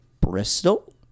Bristol